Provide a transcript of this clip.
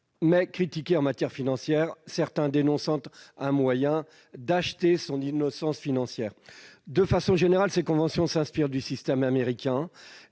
est critiqué en matière financière, certains dénonçant un moyen d'acheter son innocence financière. De façon générale, ces conventions s'inspirent du système judiciaire